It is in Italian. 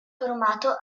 formato